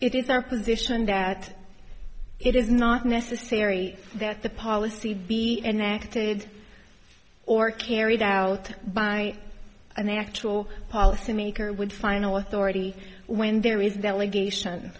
it is our position that it is not necessary that the policy be enacted or carried out by an actual policy maker with final authority when there is delegation